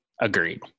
agreed